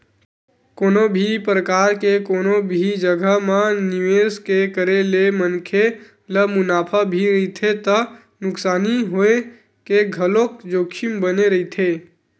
कोनो भी परकार के कोनो भी जघा म निवेस के करे ले मनखे ल मुनाफा भी रहिथे त नुकसानी होय के घलोक जोखिम बने रहिथे